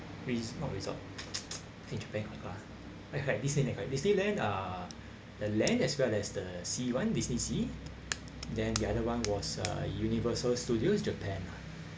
res~ not resort think back lah I heard Disneyland like Disneyland uh the land as well as the sea one disneysea then the other one was uh Universal Studios japan lah